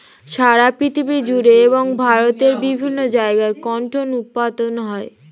সারা পৃথিবী জুড়ে এবং ভারতের বিভিন্ন জায়গায় কটন উৎপাদন হয়